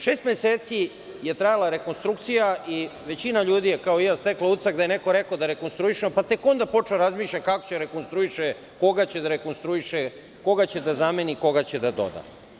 Šest meseci je trajala rekonstrukcija i većina ljudi je, kao i ja, stekla utisak da je neko rekao da rekonstruišemo, pa tek onda počeo da razmišlja kako će da rekonstruiše, koga će da rekonstruiše, koga će da zameni, koga će da doda.